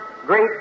Great